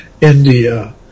India